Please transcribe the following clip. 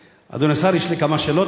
יש לי כמה שאלות,